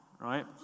right